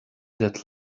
that